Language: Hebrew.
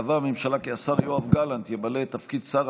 קבעה הממשלה כי השר יואב גלנט ימלא את תפקיד שר